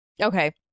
Okay